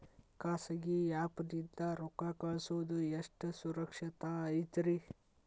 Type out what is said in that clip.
ಖಾಸಗಿ ಆ್ಯಪ್ ನಿಂದ ರೊಕ್ಕ ಕಳ್ಸೋದು ಎಷ್ಟ ಸುರಕ್ಷತಾ ಐತ್ರಿ?